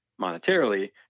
monetarily